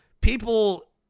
People